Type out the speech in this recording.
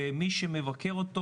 ומי שמבקר אותו